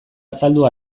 azaldu